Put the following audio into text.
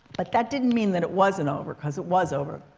but that didn't mean that it wasn't over. because it was over.